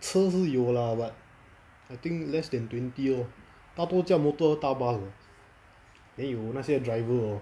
车是有 lah but I think less than twenty lor 大多驾 motor 达 bus 的 then 有那些 driver hor